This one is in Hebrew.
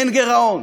אין גירעון,